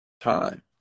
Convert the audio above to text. time